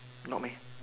not meh